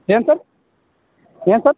ಏನು ಸರ್ ಏನು ಸರ್